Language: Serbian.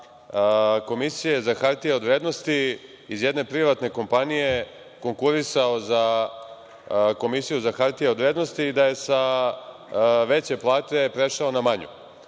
Komisiju za hartije od vrednosti iz jedne privatne kompanije konkurisao za Komisiju za hartije od vrednosti i da je sa veće plate prešao na manju. Mene